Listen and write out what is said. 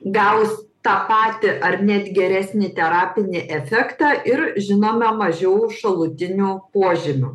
gaus tą patį ar net geresnį terapinį efektą ir žinome mažiau šalutinių požymių